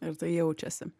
ir tai jaučiasi